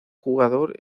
jugador